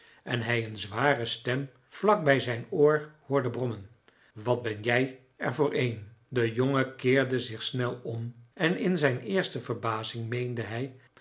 en hij een zware stem vlak bij zijn oor hoorde brommen wat ben jij er voor een de jongen keerde zich snel om en in zijn eerste verbazing meende hij